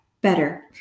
Better